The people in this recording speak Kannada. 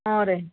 ಹಾಂ ರೀ